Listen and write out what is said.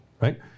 right